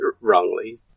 wrongly